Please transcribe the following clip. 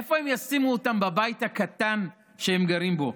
איפה הם ישימו אותם בבית הקטן שהם גרים בו?